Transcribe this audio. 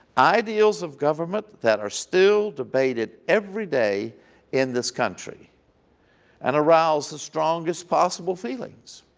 ideals of government that are still debated every day in this country and arouse the strongest possible feelings.